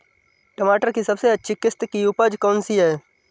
टमाटर की सबसे अच्छी किश्त की उपज कौन सी है?